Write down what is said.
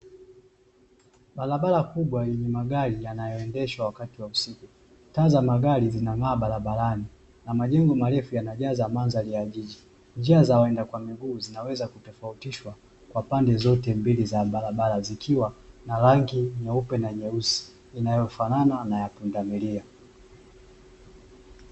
Barabara kubwa yenye magari yanayoendeshwa wakati wa usiku, taa ya barabara inang'aa wakati wa usiku zinajaza mandhari ya jiji njia za waenda kwa miguu zinaweza kutofutisha kwa rangi nyeupe na nyeusi inayofanana na rangi ya punda milia